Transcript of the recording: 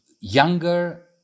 younger